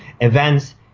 events